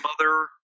mother